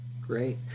Great